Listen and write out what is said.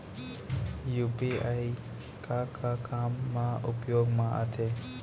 UPI का का काम मा उपयोग मा आथे?